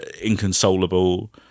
Inconsolable